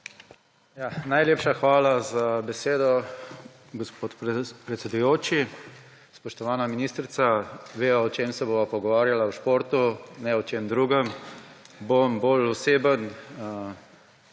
Najlepša hvala za besedo, gospod predsedujoči. Spoštovana ministrica, veva o čem se bova pogovarjala. O športu, ne o čem drugem. Bom bolj oseben.